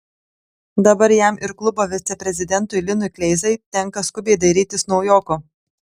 dabar jam ir klubo viceprezidentui linui kleizai tenka skubiai dairytis naujoko